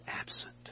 absent